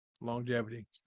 longevity